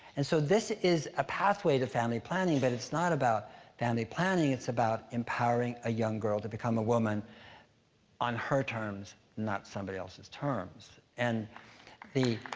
and so, this is a pathway to family planning, but it's not about family planning, it's about empowering a young girl to become a woman on her terms, not somebody else's terms. and the